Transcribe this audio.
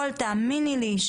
תאמיני לי,